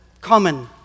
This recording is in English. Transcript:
common